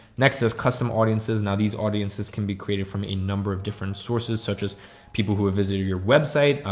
next is custom audiences. now these audiences can be created from a number of different sources such as people who have visited your website,